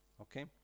Okay